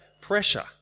pressure